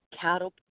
cattle